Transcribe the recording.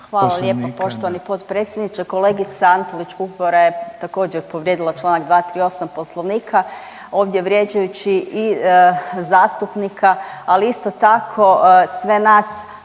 hvala lijepa poštovani potpredsjedniče. Kolegica Antolić Vupora je također povrijedila Članak 238. Poslovnika ovdje vrijeđajući i zastupnika, ali isto tako sve nas,